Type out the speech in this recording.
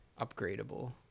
upgradable